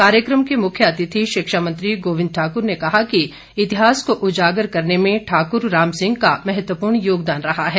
कार्यक्रम के मुख्य अतिथि शिक्षा मंत्री गोविंद ठाक्र ने कहा कि इतिहास को उजागर करने में ठाक्र राम सिंह का महत्वपूर्ण योगदान रहा है